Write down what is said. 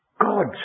God